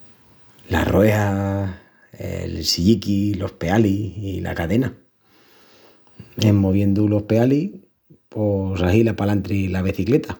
Las rueas, el silliqui, los pealis i la cadena. En moviendu los pealis pos ahila palantri la becicleta.